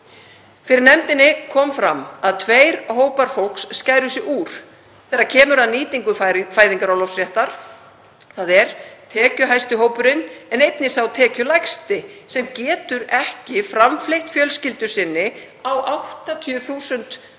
Fyrir nefndinni kom fram að tveir hópar fólks skæru sig úr þegar kemur að nýtingu fæðingarorlofsréttar, þ.e. tekjuhæsti hópurinn en einnig sá tekjulægsti sem getur ekki framfleytt fjölskyldu sinni á 80% af